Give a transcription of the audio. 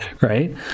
Right